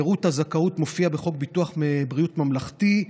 פירוט הזכאות מופיע בחוק ביטוח בריאות ממלכתי,